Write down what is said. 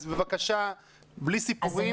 אז בבקשה בלי סיפורים.